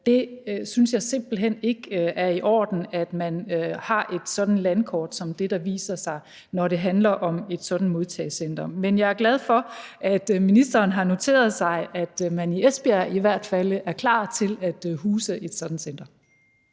Jeg synes simpelt hen ikke, det er i orden, at man har et landkort som det, der viser sig, når det handler om et sådant modtagecenter. Men jeg er glad for, at ministeren har noteret sig, at man i hvert fald i Esbjerg er klar til at huse et sådant center.